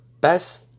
best